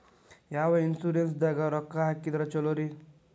ಯಾವ ಇನ್ಶೂರೆನ್ಸ್ ದಾಗ ರೊಕ್ಕ ಹಾಕಿದ್ರ ಛಲೋರಿ?